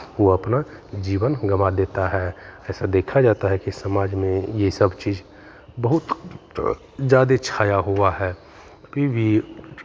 वो अपना जीवन गँवा देता है ऐसा देखा जाता है कि समाज में ये सब चीज़ बहुत ज़्यादे छाया हुआ है अभी भी